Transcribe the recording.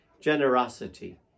generosity